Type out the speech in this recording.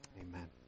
Amen